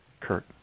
Kurt